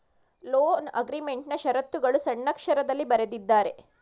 loan ಅಗ್ರೀಮೆಂಟ್ನಾ ಶರತ್ತುಗಳು ಸಣ್ಣಕ್ಷರದಲ್ಲಿ ಬರೆದಿದ್ದಾರೆ